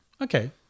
Okay